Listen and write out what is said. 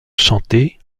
chanter